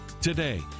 Today